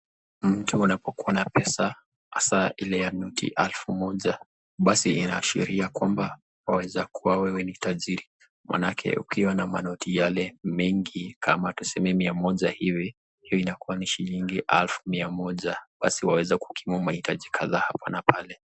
Mtu anapokuwa na pesa hasaa ile noti ya elfu moja, basi inaashiria kwamba waweza kuwa wewe ni tajiri, maanake ukiwa na manoti yale mengi kama tuseme mia moja hivi, hiyo inakuwa ni shilingi elfu mia moja, basi waweza kukimu mahitaji kadhaa hapa na pale.